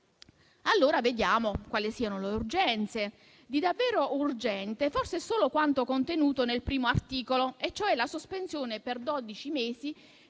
Vediamo quali sono le urgenze. Di davvero urgente è forse solo quanto contenuto nell'articolo 1, cioè la sospensione per dodici mesi